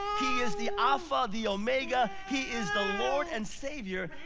he is the alpha, the omega. he is the lord and savior,